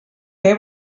què